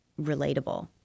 relatable